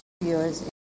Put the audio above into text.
years